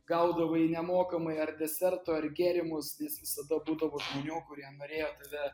gaudavai nemokamai ar deserto ar gėrimus jis visada būdavo žmonių kurie norėjo tave